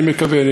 אני מקווה.